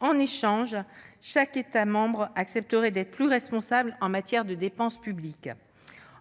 En échange, chaque État membre accepterait d'être plus responsable en matière de dépense publique ».